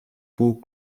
pour